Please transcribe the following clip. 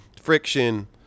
friction